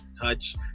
touch